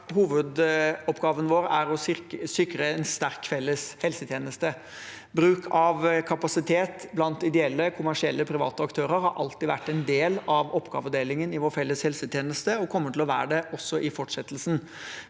Hovedoppgaven vår er å sikre en sterk felles helsetjeneste. Bruk av kapasitet blant ideelle, kommersielle private aktører har alltid vært en del av oppgavedelingen i vår felles helsetjeneste, og kommer til å være det også i fortsettelsen,